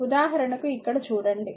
ఉదాహరణకు ఇక్కడ చూడండి